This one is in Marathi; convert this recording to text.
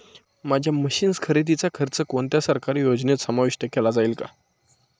माझ्या मशीन्स खरेदीचा खर्च कोणत्या सरकारी योजनेत समाविष्ट केला जाईल का?